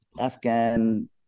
Afghan